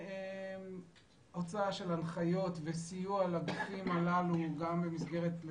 גם הוצאה של הנחיות וסיוע לגופים הללו גם במסגרות שונות.